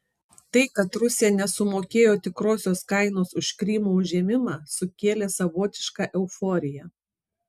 tai kad rusija nesumokėjo tikrosios kainos už krymo užėmimą sukėlė savotišką euforiją